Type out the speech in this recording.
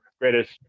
greatest